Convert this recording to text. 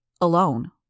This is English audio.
Alone